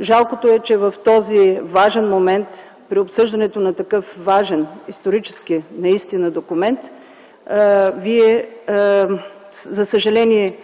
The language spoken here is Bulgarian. Жалкото е, че в този важен момент, при обсъждането на такъв важен исторически документ, Вие, за съжаление,